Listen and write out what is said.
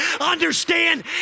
Understand